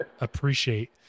appreciate